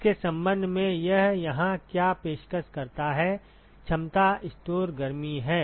इसके संबंध में यह यहाँ क्या पेशकश करता है क्षमता स्टोर गर्मी है